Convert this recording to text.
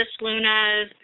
Luna